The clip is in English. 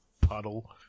puddle